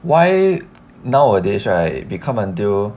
why nowadays right become until